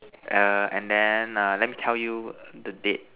err and then err let me tell you the date